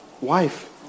wife